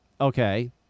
Okay